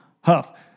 Huff